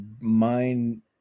mind